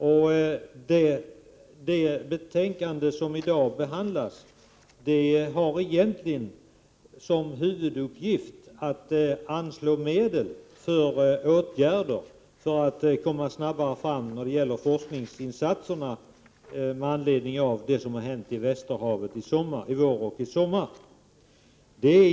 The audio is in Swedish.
I det betänkande som i dag behandlas har vi egentligen som huvuduppgift att anslå medel för åtgärder för att snabbare komma fram när det gäller forskningsinsatser med anledning av det som hände i Västerhavet i vår och i sommar.